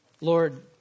Lord